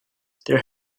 there